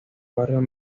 barrios